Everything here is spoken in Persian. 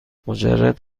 مجرد